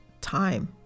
time